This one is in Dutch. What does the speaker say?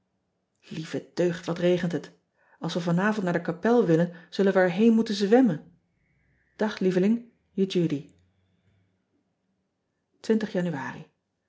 iege deugd wat regent het ls we vanavond naar de kapel willen zullen we er been moeten zwemmen ag lieveling e udy